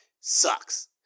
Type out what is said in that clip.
sucks